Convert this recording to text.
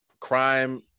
crime